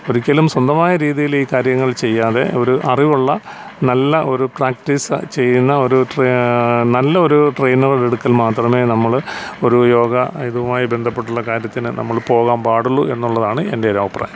ഒരിക്കലും സ്വന്തമായ രീതിയിൽ ഈ കാര്യങ്ങൾ ചെയ്യാതെ ഒരു അറിവുള്ള നല്ല ഒരു പ്രാക്ടീസ് ചെയ്യുന്ന ഒരു നല്ല ഒരു ട്രെയിനറുടെ അടുക്കൽ മാത്രമേ നമ്മള് ഒരു യോഗ ഇതുമായി ബന്ധപ്പെട്ടുള്ള കാര്യത്തിന് നമ്മൾ പോകാൻ പാടുളളു എന്നുള്ളതാണ് എൻ്റെ ഒരു അഭിപ്രായം